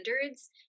standards